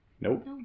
Nope